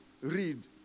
read